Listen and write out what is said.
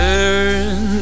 Turn